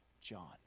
John